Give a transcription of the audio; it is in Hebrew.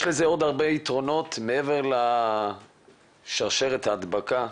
יש לכך עוד הרבה יתרונות מעבר לשרשרת ההדבקה,